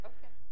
Okay